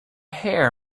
hair